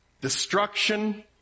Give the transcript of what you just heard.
destruction